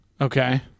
Okay